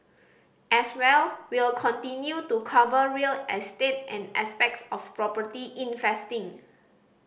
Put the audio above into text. as well we'll continue to cover real estate and aspects of property investing